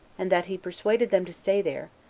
and that he persuaded them to stay there,